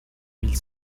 mille